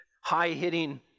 high-hitting